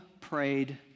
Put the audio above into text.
prayed